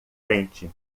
frente